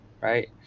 Right